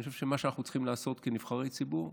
אני חושב שמה שאנחנו צריכים לעשות כנבחרי ציבור,